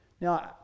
Now